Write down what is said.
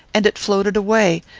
and it floated away.